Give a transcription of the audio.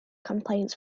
complaints